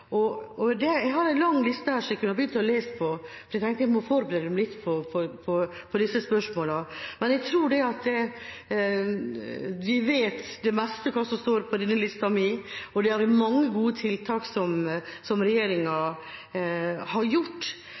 har kommet med. Jeg har en lang liste her som jeg kunne lest fra, for jeg tenkte jeg måtte forberede meg litt på disse spørsmålene, men jeg tror man vet det meste av det som står på den, for der er det mange gode tiltak som regjeringa har gjort.